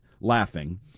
laughing